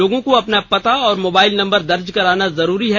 लोगों को अपना पता और मोबाइल नंबर दर्ज कराना जरूरी है